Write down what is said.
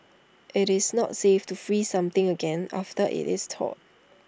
IT is not safe to freeze something again after IT is thawed